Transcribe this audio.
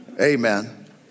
Amen